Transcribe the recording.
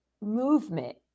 movement